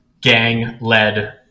gang-led